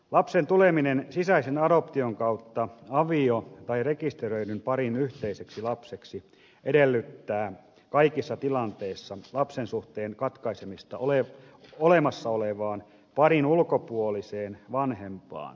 lapsen tuleminen sisäisen adoption kautta avio tai rekisteröidyn parin yhteiseksi lapseksi edellyttää kaikissa tilanteissa lapsen suhteen katkaisemista olemassa olevaan parin ulkopuoliseen vanhempaan ja hänen sukuunsa